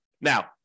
Now